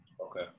Okay